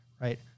right